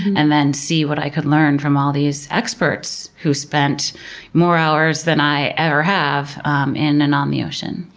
and then see what i could learn from all these experts who spent more hours than i ever have um in and on um the ocean.